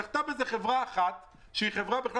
זכתה בזה חברה אחת בין-לאומית,